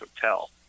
hotel